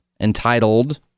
entitled